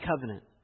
covenant